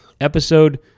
episode